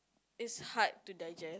it's hard to digest